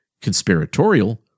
conspiratorial